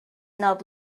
not